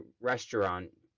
restaurant